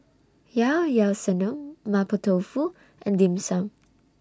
Ilao Ilao Sanum Mapo Tofu and Dim Sum